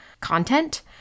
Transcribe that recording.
content